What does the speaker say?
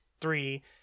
three